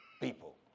people